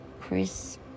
crisp